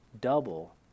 double